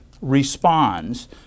responds